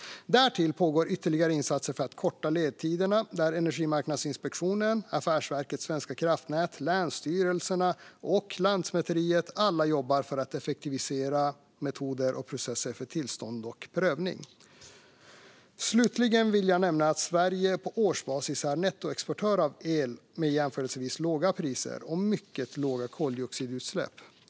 Därtill pågår ytterligare insatser för att korta ledtiderna. Energimarknadsinspektionen, Affärsverket svenska kraftnät, länsstyrelserna och Lantmäteriet jobbar alla för att effektivisera metoder och processer för tillstånd och prövning. Slutligen vill jag nämna att Sverige på årsbasis är nettoexportör av el med jämförelsevis låga priser och mycket låga koldioxidutsläpp.